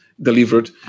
delivered